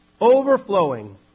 overflowing